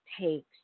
takes